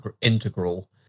integral